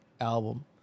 album